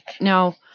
Now